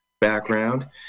background